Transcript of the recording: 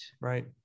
Right